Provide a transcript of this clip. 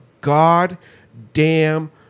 goddamn